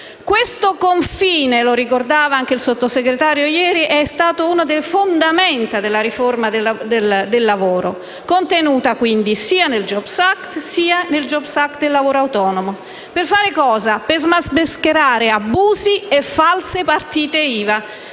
Questo confine - lo ricordava ieri anche il Sottosegretario - è stato una delle fondamenta della riforma del lavoro, contenuta quindi sia nel jobs act che nel jobs act del lavoro autonomo, per smascherare abusi e false par- tite IVA.